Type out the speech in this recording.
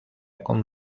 con